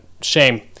shame